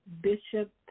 Bishop